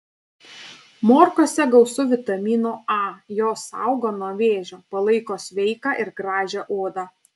morkose gausu vitamino a jos saugo nuo vėžio palaiko sveiką ir gražią odą